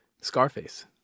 Scarface